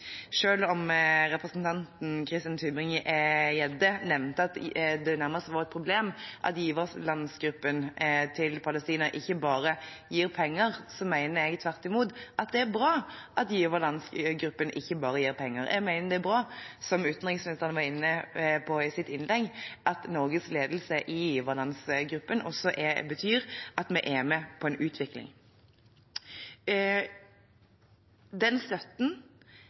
om representanten Christian Tybring-Gjedde nevnte at det nærmest var et problem at giverlandsgruppen for Palestina ikke bare gir penger, mener jeg tvert imot at det er bra at giverlandsgruppen ikke bare gir penger. Jeg mener det er bra, som utenriksministeren var inne på i sitt innlegg, at Norges ledelse i giverlandsgruppen også betyr at vi er med på en utvikling. Den støtten